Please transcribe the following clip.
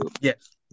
Yes